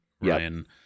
Ryan